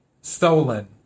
stolen